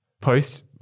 post